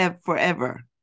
forever